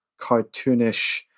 cartoonish